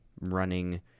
running